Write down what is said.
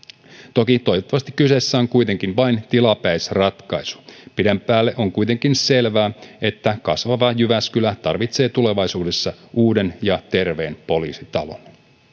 toki toivottavasti kyseessä on vain tilapäisratkaisu pidemmän päälle on kuitenkin selvää että kasvava jyväskylä tarvitsee tulevaisuudessa uuden ja terveen poliisitalon